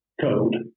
code